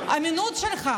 האמינות שלך.